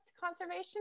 conservation